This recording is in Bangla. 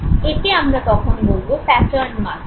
একে আমরা তখন বলবো প্যাটার্ন মাস্কিং